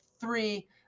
three